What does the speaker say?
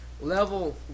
level